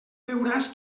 veuràs